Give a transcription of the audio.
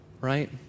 right